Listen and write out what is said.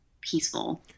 peaceful